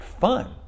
fun